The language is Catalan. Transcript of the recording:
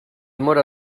móra